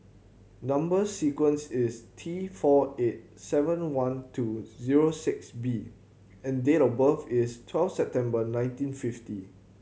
number sequence is T four eight seven one two zero six B and date of birth is twelve September nineteen fifty